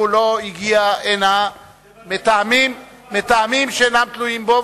לא הגיע הנה מטעמים שאינם תלויים בו,